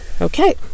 Okay